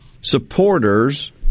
supporters